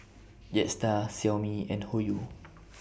Jetstar Xiaomi and Hoyu